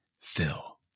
Phil